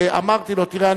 ואמרתי לו: תראה,